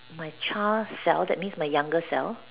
my child self means my youngest self